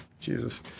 Jesus